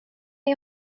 jag